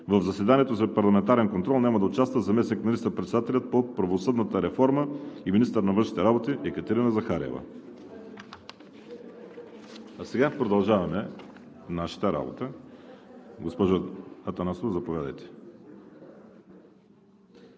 в заседанието за парламентарен контрол няма да участва заместник министър-председателят по правосъдната реформа и министър на външните работи Екатерина Захариева. Сега продължаваме нашата работа – госпожо Атанасова, заповядайте.